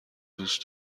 دوست